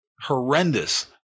horrendous